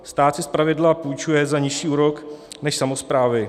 Stát si zpravidla půjčuje za nižší úrok než samosprávy.